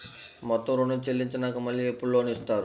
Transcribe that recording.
మొత్తం ఋణం చెల్లించినాక మళ్ళీ ఎప్పుడు లోన్ ఇస్తారు?